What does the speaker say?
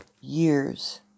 years